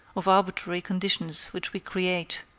of arbitrary conditions which we create,